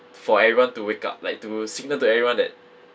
for everyone to wake up like to signal to everyone that